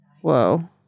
Whoa